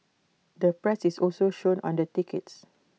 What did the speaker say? the price is also shown on the tickets